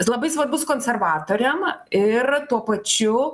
jis labai svarbus konservatoriam ir tuo pačiu